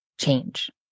change